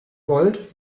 gold